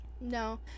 No